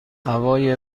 هوای